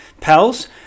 pals